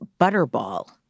Butterball